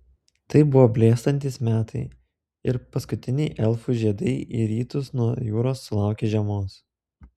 tai buvo blėstantys metai ir paskutiniai elfų žiedai į rytus nuo jūros sulaukė žiemos